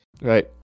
Right